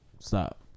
Stop